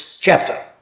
chapter